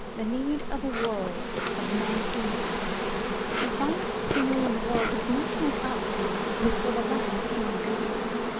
the need of a world of men for me the finest scenery in the world does not make up to me, for the lack of human beings.